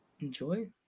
Enjoy